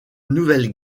nouvelle